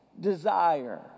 desire